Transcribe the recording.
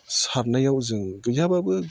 सारनायाव जों गैयाब्लाबो